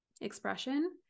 expression